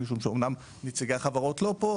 אמנם נציגי החברות לא פה,